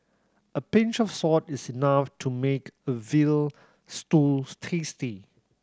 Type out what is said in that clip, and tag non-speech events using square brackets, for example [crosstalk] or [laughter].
a pinch of salt is enough to make a veal stew [unintelligible] tasty